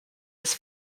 his